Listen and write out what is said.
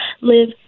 live